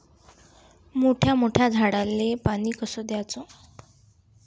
मोठ्या मोठ्या झाडांले पानी कस द्याचं?